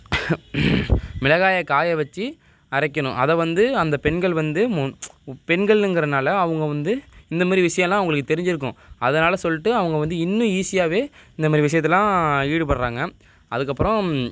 மிளகாயை காய வச்சி அரைக்கணும் அதை வந்து அந்த பெண்கள் வந்து முன் உ பெண்களுங்கிறதனால அவங்க வந்து இந்தமாரி விஷயோலாம் அவங்களுக்கு தெரிஞ்சிருக்கும் அதனால சொல்லிட்டு அவங்க வந்து இன்னும் ஈஸியாகவே இந்தமாரி விஷயத்துலாம் ஈடுபடுகிறாங்க அதுக்கப்றம்